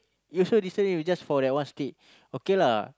you also disturb me with just for that one's okay okay lah